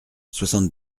soixante